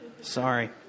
Sorry